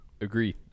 Agree